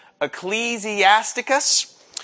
Ecclesiasticus